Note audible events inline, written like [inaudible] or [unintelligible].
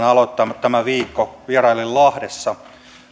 [unintelligible] aloittaa tämä viikko vierailemalla lahdessa